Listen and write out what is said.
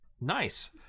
Nice